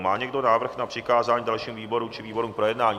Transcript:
Má někdo návrh na přikázání dalšímu výboru či výborům k projednání?